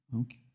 Okay